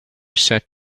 sat